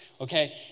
okay